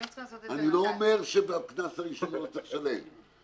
אני לא אומר שהוא לא צריך לשלם,